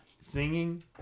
singing